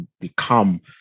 become